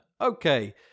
okay